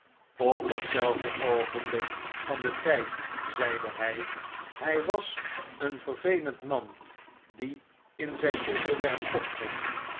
op datzelfde oogenblik van dentijd zeide hy hij was een vervelend man die in zijn onder werp opging